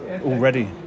already